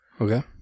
Okay